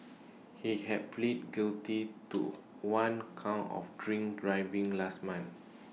he had pleaded guilty to one count of drink driving last month